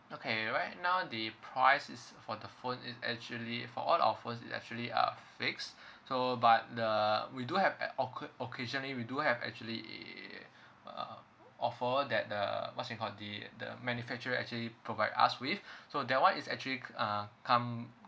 okay right now the price is for the phone is actually for all our phone is actually are fixed so but the we do have o~ occasionally we do have actually a uh offer that uh what you call the the manufacturer actually provide us with so that one is actually uh come